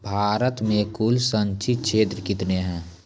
भारत मे कुल संचित क्षेत्र कितने हैं?